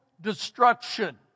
destruction